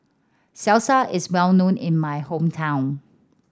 salsa is well known in my hometown